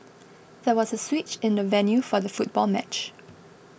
there was a switch in the venue for the football match